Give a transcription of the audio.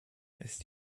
ist